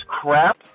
crap